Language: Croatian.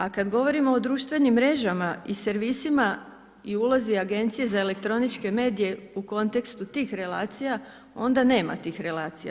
A kad govorimo o društvenim mrežama i servisima i ulazi Agencija za elektroničke medije u kontekstu tih relacija onda nema tih relacija.